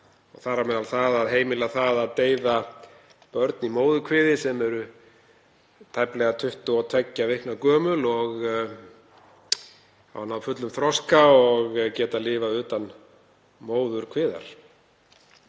þar á meðal að heimila að deyða börn í móðurkviði sem eru tæplega 22 vikna gömul og hafa náð fullum þroska og geta lifað utan móðurkviðar.